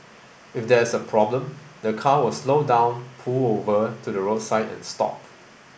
if there's a problem the car will slow down pull over to the roadside and stop